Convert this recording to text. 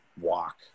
walk